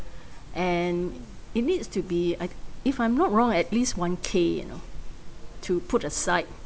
and it needs to be I if I'm not wrong at least one K you know to put aside